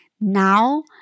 now